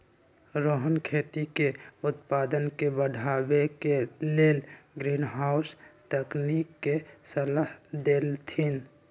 रोहन खेती के उत्पादन के बढ़ावे के लेल ग्रीनहाउस तकनिक के सलाह देलथिन